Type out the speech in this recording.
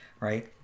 right